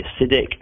acidic